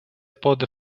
pode